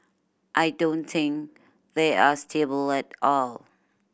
I don't think they are stable at all